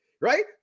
right